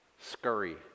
scurry